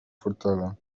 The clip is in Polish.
fortele